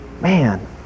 Man